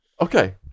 Okay